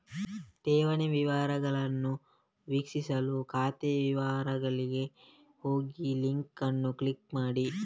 ಠೇವಣಿ ವಿವರಗಳನ್ನು ವೀಕ್ಷಿಸಲು ಖಾತೆ ವಿವರಗಳಿಗೆ ಹೋಗಿಲಿಂಕ್ ಅನ್ನು ಕ್ಲಿಕ್ ಮಾಡಿ